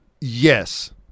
yes